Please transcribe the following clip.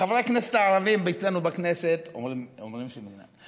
חברי הכנסת הערבים אצלנו בכנסת אומרים שהיא מדינה יהודית.